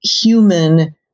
human